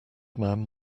man